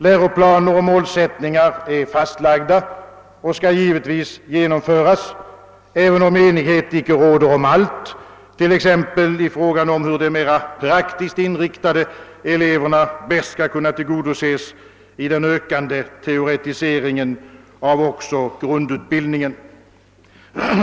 Läroplaner och målsättningar är fastlagda och skall givetvis genomföras, även om enighet icke råder om allt, t.ex. i fråga om hur de mera praktiskt inriktade eleverna bäst skall kunna tillgodoses i den ökande teoretiseringen av också grundutbildningen.